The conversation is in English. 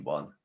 One